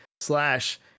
slash